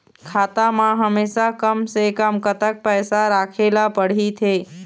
खाता मा हमेशा कम से कम कतक पैसा राखेला पड़ही थे?